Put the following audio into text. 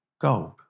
gold